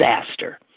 disaster